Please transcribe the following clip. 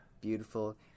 Beautiful